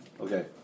Okay